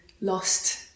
lost